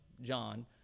John